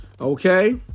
okay